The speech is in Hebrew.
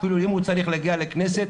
אפילו אם הוא צריך להגיע לכנסת,